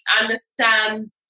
understand